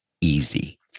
easy